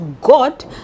God